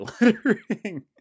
lettering